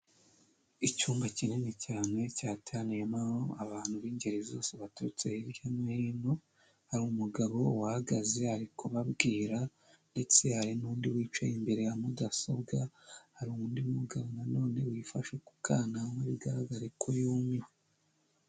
Icyumba kinini cyane cyateraniyemo abantu b'ingeri zose baturutse hirya no hino, hari umugabo uhagaze ari kubabwira ndetse hari n'undi wicaye imbere ya mudasobwa, hari undi mugabo nanone wifashe kubwana mubigaragara ko yumiwe.